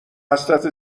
حسرت